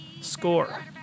score